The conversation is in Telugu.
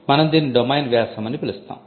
మనం దీన్ని డొమైన్ వ్యాసం అని పిలుస్తాం